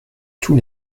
tous